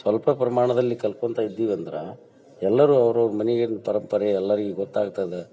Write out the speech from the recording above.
ಸ್ವಲ್ಪ ಪ್ರಮಾಣದಲ್ಲಿ ಕಲ್ತ್ಕೊಂತ ಇದ್ದೀವಿ ಅಂದ್ರೆ ಎಲ್ಲರೂ ಅವ್ರ ಅವ್ರ ಮನೆಗಿನ ಪರಂಪರೆ ಎಲ್ಲರಿಗೆ ಗೊತ್ತಾಗ್ತದೆ